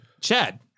Chad